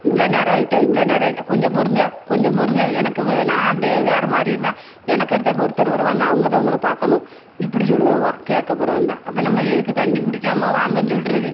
இவ்வளோ நேரம் ஆயிட்டு இவ்ளோ நேரம் ஆயிட்டு கொஞ்சம் பொறுங்க கொஞ்சம் பொறுங்க எனக்கும் நான் வேறு மாறிடுவேன் எனக்கடுத்தது ஒருத்தரு வருவாங்க அவங்கதான் உங்களை பார்க்கணும் இப்படி சொல்லுதாவோ கேட்க போகிறதா இருந்தால் அப்போ நம்ம எதுக்கு தண்ணி குடிக்காமல் வாங்கன்னு சொல்கிறது